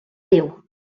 déu